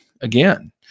again